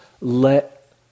let